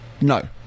No